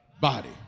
body